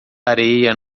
areia